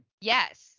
Yes